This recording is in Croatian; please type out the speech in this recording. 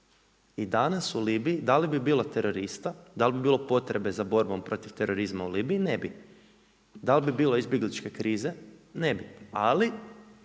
I danas u Libiji da li bi bilo terorista, da li bi bilo potrebe za borbom protiv terorizma u Libiji? Ne bi. Da li bi bilo izbjegličke krize? Ne bi. Ali